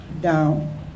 down